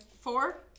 Four